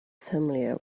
familiar